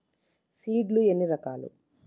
Seed లు ఎన్ని రకాలు?